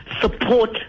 support